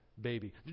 baby